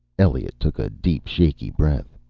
elliot took a deep, shaky breath.